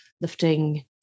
lifting